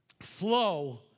Flow